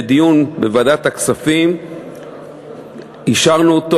בדיון בוועדת הכספים אישרנו אותו,